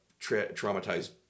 traumatized